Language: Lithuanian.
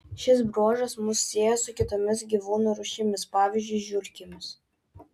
šis bruožas mus sieja su kitomis gyvūnų rūšimis pavyzdžiui žiurkėmis